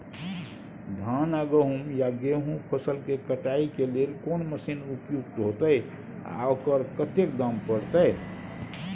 धान आ गहूम या गेहूं फसल के कटाई के लेल कोन मसीन उपयुक्त होतै आ ओकर कतेक दाम परतै?